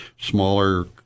smaller